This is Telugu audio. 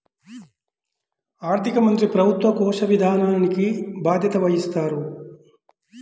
ఆర్థిక మంత్రి ప్రభుత్వ కోశ విధానానికి బాధ్యత వహిస్తారు